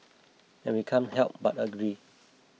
and we can't help but agree